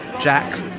Jack